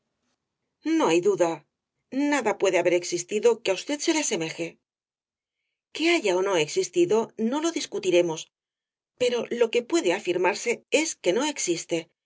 no hay duda nada puede haber existido que á usted se le asemeje que haya ó no existido no lo discutiremos pero lo que puede afirmarse es que no existe